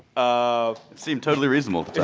um it seemed totally reasonable